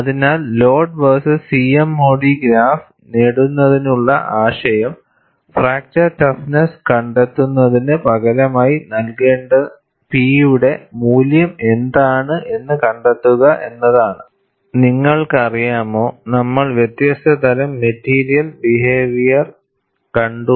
അതിനാൽ load versus CMOD graph നേടുന്നതിനുള്ള ആശയം ഫ്രാക്ചർ ടഫ്നെസ്സ് കണ്ടെത്തുന്നതിന് പകരമായി നൽകേണ്ട P യുടെ മൂല്യം എന്താണ് എന്ന് കണ്ടെത്തുക എന്നതാണ് നിങ്ങൾക്കറിയാമോ നമ്മൾ വ്യത്യസ്ത തരം മെറ്റീരിയൽ ബിഹേവിയർ കണ്ടു